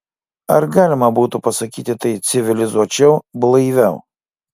ar galima būtų pasakyti tai civilizuočiau blaiviau